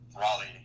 Raleigh